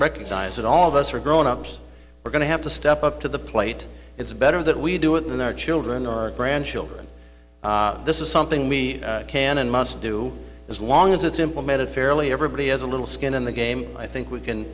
recognize that all of us are grownups we're going to have to step up to the plate it's better that we do with our children our grandchildren this is something we can and must do as long as it's implemented fairly everybody has a little skin in the game i think we can